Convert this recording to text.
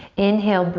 inhale,